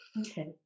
okay